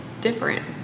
different